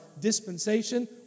dispensation